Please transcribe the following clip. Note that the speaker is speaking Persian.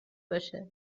باشه